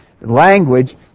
language